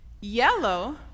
Yellow